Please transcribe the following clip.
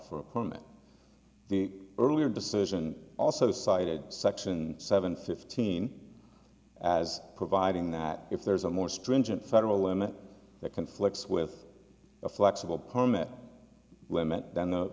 for a permit the earlier decision also cited section seven fifteen as providing that if there's a more stringent federal limit that conflicts with a flexible permit limit then the